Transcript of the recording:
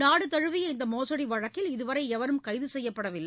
நாடு தழுவிய இந்த மோசடி வழக்கில் இதுவரை எவரும் கைது செய்யப்படவில்லை